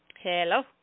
Hello